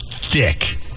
Dick